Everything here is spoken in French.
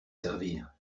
servir